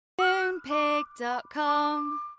Moonpig.com